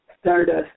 Stardust